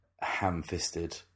ham-fisted